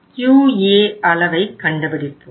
QA அளவைக் கண்டுபிடிப்போம்